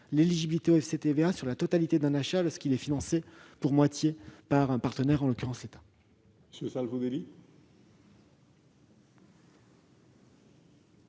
l'éligibilité au FCTVA à la totalité d'un achat financé pour moitié par un partenaire, en l'occurrence l'État.